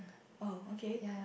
oh okay